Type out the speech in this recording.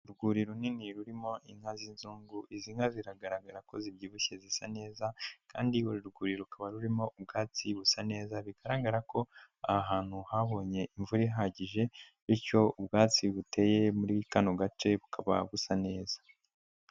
Urwuri runini rurimo inka z'inzungu, izi nka ziragaragara ko zibyibushye zisa neza, kandi uru rwuri rukaba rurimo ubwatsi busa neza, bigaragara ko aha hantu habonye imvura ihagije bityo ubwatsi buteye muri kano gace bukaba busa neza.